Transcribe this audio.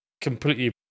completely